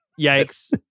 Yikes